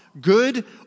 good